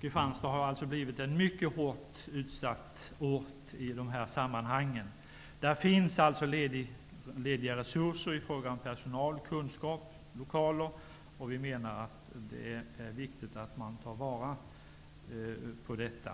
Kristianstad har alltså blivit en mycket hårt utsatt ort i dessa sammanhang. Det finns alltså lediga resurser där i fråga om personal, kunskap och lokaler. Vi menar att det är viktigt att man tar vara på detta.